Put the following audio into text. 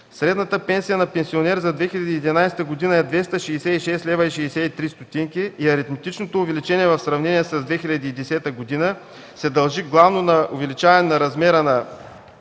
Средната пенсия на пенсионер за 2011 г. е 266,63 лв. и аритметичното увеличение в сравнение с 2010 г. се дължи главно на увеличаване на размера на